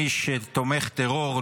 מי שתומך טרור,